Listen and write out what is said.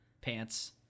pants